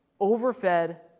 overfed